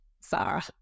Sarah